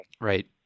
Right